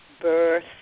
birth